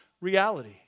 reality